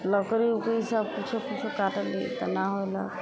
लकड़ी उकड़ी सब किछु किछु काटली तऽ नहि होला